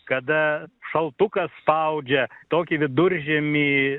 kada šaltukas spaudžia tokį viduržiemį